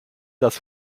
dass